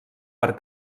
per